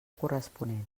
corresponent